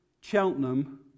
Cheltenham